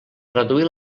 reduir